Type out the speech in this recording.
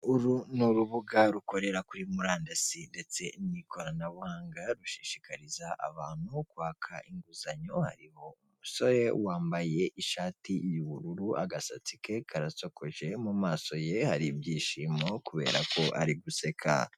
Uru ni urubuga rukorera kuri murandasi ndetse n'ikoranabuhanga, rushishikariza abantu kwaka inguzanyo. Hariho umusore wambaye ishati y'ubururu, agasatsi ke karasokoje, mu maso ye hari ibyishimo kubera ko ari guseka.